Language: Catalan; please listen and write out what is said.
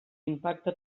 impacte